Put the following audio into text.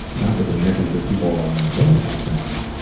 not just americans but people around the world have now,